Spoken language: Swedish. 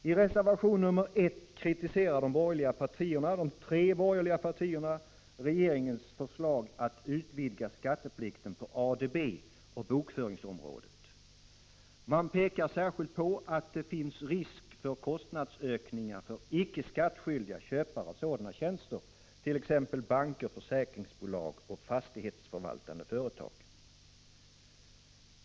I reservation 1 kritiserar de tre borgerliga partierna regeringens förslag att utvidga skatteplikten på ADB och bokföringsområdet. Man pekar på att det finns risk för kostnadsökningar för icke skattskyldiga köpare av sådana tjänster, t.ex. banker, försäkringsbolag och fastighetsförvaltande företag.